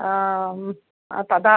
तदा